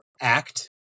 act